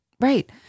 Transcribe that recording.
right